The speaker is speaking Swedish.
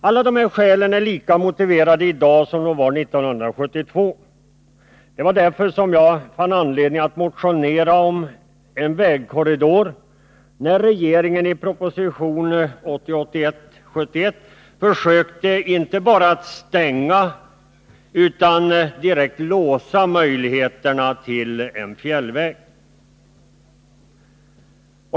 Alla dessa skäl är lika tungt vägande i dag som de var 1972. Därför fann jag anledning att motionera om en vägkorridor, när regeringen i proposition 1980/81:71 inte bara försökte hindra utan även direkt låsa möjligheterna till en fjällväg.